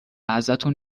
ازتون